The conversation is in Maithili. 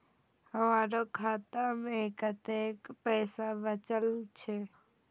हमरो खाता में कतेक पैसा बचल छे?